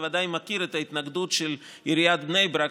בוודאי מכיר את ההתנגדות של עיריית בני ברק